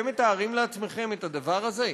אתם מתארים לעצמכם את הדבר הזה?